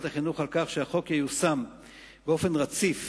החינוך על כך שהחוק ייושם באופן רציף